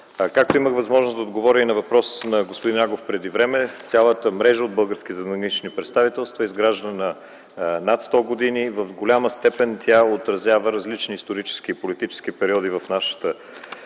Както имах възможност да отговоря и на въпрос на господин Агов преди време, цялата мрежа от български задгранични представителства е изграждана над 100 години. В голяма степен тя отразява различни исторически и политически периоди в нашата